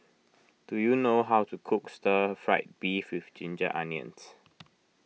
do you know how to cook Stir Fried Beef with Ginger Onions